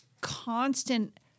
constant